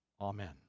Amen